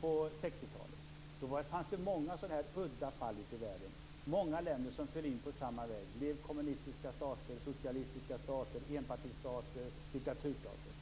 på 60-talet fanns det många sådana udda fall ute i världen. Många länder föll in på samma väg, blev kommunistiska stater, socialistiska stater, enpartistater och diktaturstater.